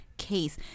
case